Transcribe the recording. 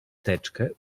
teczkę